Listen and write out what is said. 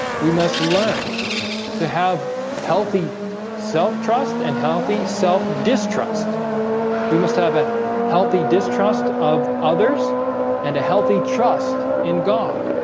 we must learn to have healthy self trust and healthy self distrust we must have a healthy distrust of others and a healthy trust in god